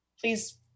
Please